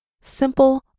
simple